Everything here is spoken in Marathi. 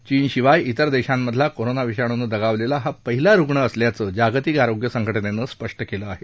चीनशिवाय तिर देशांमधला कोरोना विषाणुनं दगावलेला हा पहिला रुग्ण असल्याचं जागतिक आरोग्य संघटनेनं स्पष्ट केलं आहे